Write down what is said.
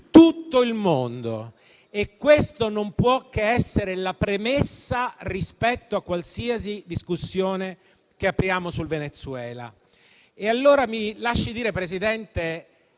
tutto il mondo e questa non può che essere la premessa rispetto a qualsiasi discussione che apriamo sul Venezuela. Mi lasci dire allora,